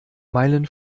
meilen